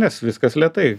nes viskas lėtai